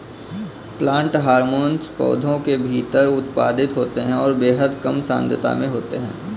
plant hormone पौधों के भीतर उत्पादित होते हैंऔर बेहद कम सांद्रता में होते हैं